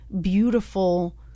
beautiful